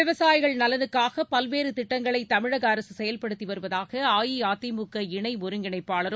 விவசாயிகள் நலனுக்காக பல்வேறு திட்டங்களை தமிழக அரசு செயல்படுத்தி வருவதாக அஇஅதிமுக இணை ஒருங்கிணைப்பாளரும்